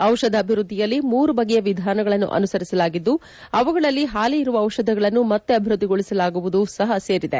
ಔಷಧ ಅಭಿವ್ವದ್ಲಿಯಲ್ಲಿ ಮೂರು ಬಗೆಯ ವಿಧಾನಗಳನ್ನು ಅನುಸರಿಸಲಾಗಿದ್ದು ಅವುಗಳಲ್ಲಿ ಹಾಲಿ ಇರುವ ಔಷಧಗಳನ್ನು ಮತ್ತೆ ಅಭಿವೃದ್ದಿಗೊಳಿಸುವುದು ಸಹ ಸೇರಿದೆ